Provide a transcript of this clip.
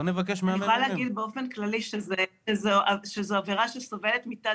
אני יכולה להגיד באופן כללי שזו עבירה שסובלת מתת